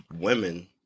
women